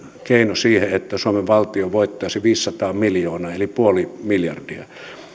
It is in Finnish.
keino siihen että suomen valtio voittaisi viisisataa miljoonaa eli puoli miljardia